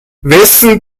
wessen